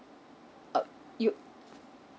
err you